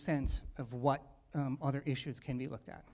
sense of what other issues can be looked at